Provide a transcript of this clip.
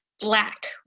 black